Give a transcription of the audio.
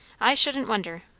i shouldn't wonder!